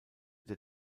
der